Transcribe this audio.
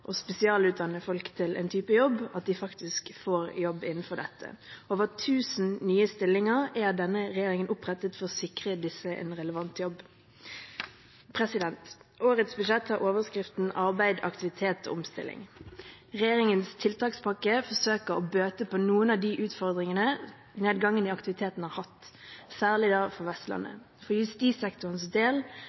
å spesialutdanne folk til en type jobb, faktisk får jobb innenfor dette. Over 1 000 nye stillinger er av denne regjeringen opprettet for å sikre disse en relevant jobb. Årets budsjett har overskriften arbeid, aktivitet og omstilling. Regjeringens tiltakspakke forsøker å bøte på noen av de utfordringene nedgangen i aktiviteten har hatt, særlig for Vestlandet. For justissektorens del